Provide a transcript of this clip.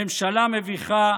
ממשלה מביכה.